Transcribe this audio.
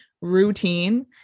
routine